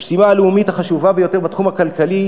המשימה הלאומית החשובה ביותר בתחום הכלכלי